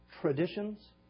traditions